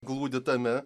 glūdi tame